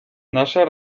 nasze